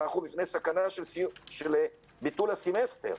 אנחנו בפני סכנה של ביטול הסמסטר.